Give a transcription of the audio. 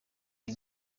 iyi